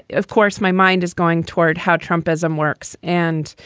of course, my mind is going toward how trumpism works. and,